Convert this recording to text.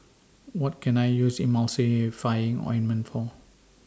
What Can I use Emulsying Ointment For